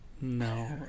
No